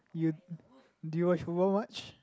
you do you watch world watch